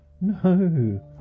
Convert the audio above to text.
no